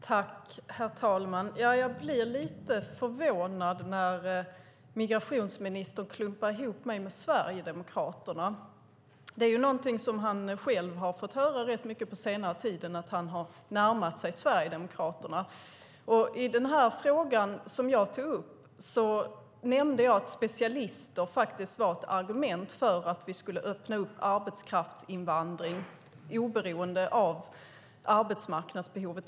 Herr talman! Jag blir lite förvånad när migrationsministern klumpar ihop mig med Sverigedemokraterna. Det är någonting som han själv har fått höra rätt mycket på senare tid: att han har närmat sig Sverigedemokraterna. I den fråga som jag tog upp nämnde jag att specialister var ett argument 2008 för att vi skulle öppna upp för arbetskraftsinvandring, oberoende av arbetsmarknadsbehovet.